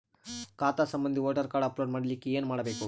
ಖಾತಾ ಸಂಬಂಧಿ voter card upload ಮಾಡಲಿಕ್ಕೆ ಏನ ಮಾಡಬೇಕು?